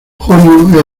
junio